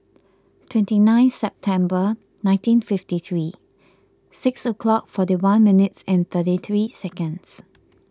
twenty nine September nineteen fifty three six o'clock forty one minutes and thirty three seconds